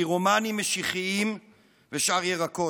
פירומנים משיחיים ושאר ירקות.